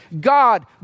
God